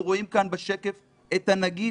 אנחנו רואים כאן בשקף את הנגיף.